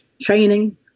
training